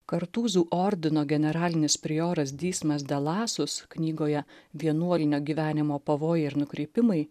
kartūzų ordino generalinis prioras dysmes delasus knygoje vienuolinio gyvenimo pavojai ir nukreipimai